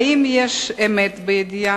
1. האם יש אמת בידיעה?